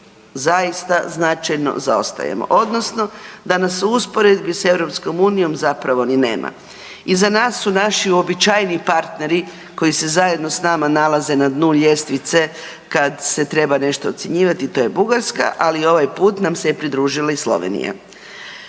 zaista značajno zaostajemo odnosno da nas se u usporedbi s EU zapravo ni nema. Iza nas su naši uobičajeni partneri koji se zajedno s nama nalaze na dnu ljestvice kad se treba nešto ocjenjivati, to je Bugarska, ali ovaj put nam se pridružila i Slovenija.